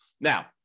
Now